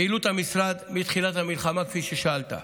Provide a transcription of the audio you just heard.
פעילות המשרד מתחילת המלחמה, כפי ששאלת: